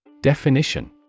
Definition